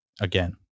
again